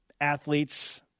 athletes